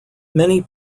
many